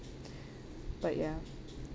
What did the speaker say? but ya